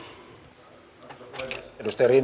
arvoisa puhemies